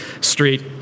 street